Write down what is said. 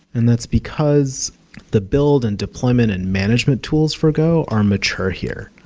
and that's because the build and deployment and management tools for go are mature here.